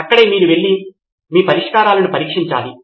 అక్కడే మీరు వెళ్లి మీ పరిష్కారాలను పరీక్షించాలి